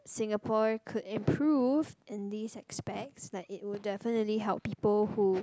Singaporean could improve in these aspects like it would definitely help people who